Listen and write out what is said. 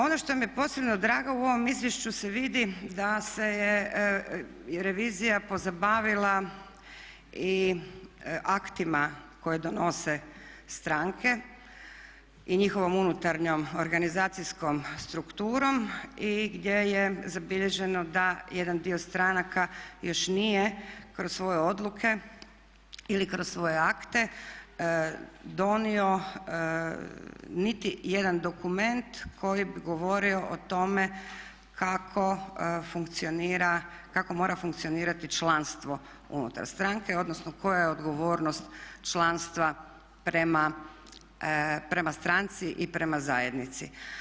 Ono što mi je posebno drago u ovom izvješću se vidi da se je revizija pozabavila i aktima koje donose stranke i njihovom unutarnjom organizacijskom strukturom i gdje je zabilježeno da jedan dio stranaka još nije kroz svoje odluke ili kroz svoje akte donio niti jedan dokument koji bi govorio o tome kako funkcionira, kako mora funkcionirati članstvo unutar stranke, odnosno koja je odgovornost članstva prema stranci i prema zajednici.